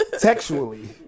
Textually